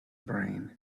brain